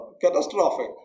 catastrophic